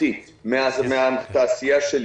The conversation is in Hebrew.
איכותי מהתעשייה שלי,